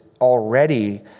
already